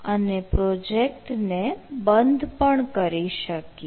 અને પ્રોજેક્ટ ને બંધ પણ કરી શકીએ